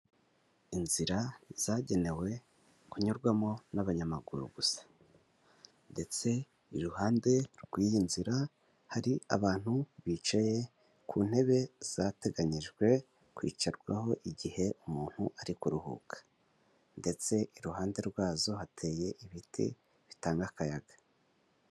Inzira zagenewe kunyurwamo n'abanyamaguru gusa, ndetse iruhande rw'iyi nzira hari abantu bicaye ku ntebe zateganyijwe kwicarwaho, igihe umuntu ari kuruhuka. Ndetse iruhande rwazo hateye ibiti bitanga akayaga.